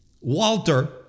Walter